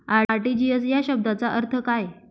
RTGS या शब्दाचा अर्थ काय?